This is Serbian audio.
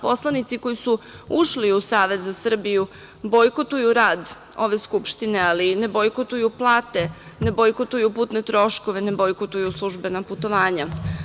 Poslanici koji su ušli u Savez za Srbiju bojkotuju rad ove Skupštine, ali ne bojkotuju plate, ne bojkotuju putne troškove, ne bojkotuju službena putovanja.